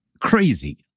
crazy